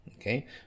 okay